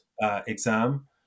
exam